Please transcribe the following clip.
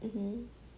mmhmm